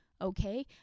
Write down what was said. okay